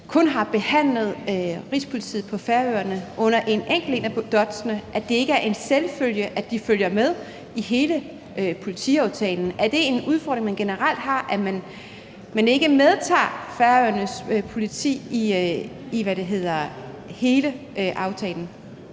kun har behandlet Rigspolitiet på Færøerne under et enkelt punkt, altså at det ikke er en selvfølge, at de følger med i hele politiaftalen. Er det en udfordring, der er generelt, at man ikke medtager Færøernes politi i hele aftalen?